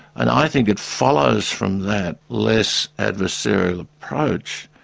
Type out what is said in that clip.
and i think it follows from that less adversarial approach,